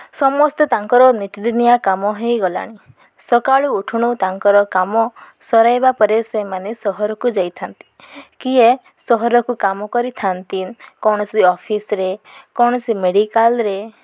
ସମସ୍ତେ ତାଙ୍କର ନୀତିଦିିନିଆ କାମ ହୋଇଗଲାଣି ସକାଳୁ ଉଠୁଣୁ ତାଙ୍କର କାମ ସରାଇବା ପରେ ସେମାନେ ସହରକୁ ଯାଇଥାନ୍ତି କିଏ ସହରକୁ କାମ କରିଥାନ୍ତି କୌଣସି ଅଫିସ୍ରେ କୌଣସି ମେଡ଼ିକାଲ୍ରେ